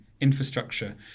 infrastructure